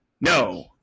no